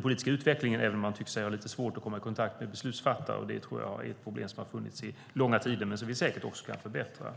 politiska utvecklingen tycks vara stort, även om man tycker sig ha svårt att komma i kontakt med beslutsfattare. Det tror jag är ett problem som har funnits i långa tider. Det är något som vi säkert också kan förbättra.